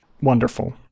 Wonderful